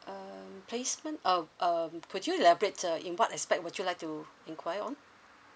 um placement uh um could you elaborate uh in what aspect would you like to enquire on